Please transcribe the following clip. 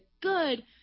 good